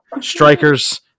Strikers